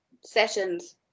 sessions